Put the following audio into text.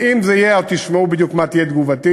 ואם זה יהיה עוד תשמעו בדיוק מה תהיה תגובתי.